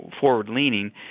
forward-leaning